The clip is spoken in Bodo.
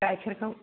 गाइखेरखौ